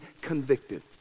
convicted